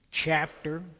chapter